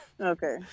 okay